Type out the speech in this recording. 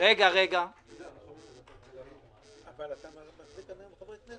אבל כל ההערות היו לגבי היהודית,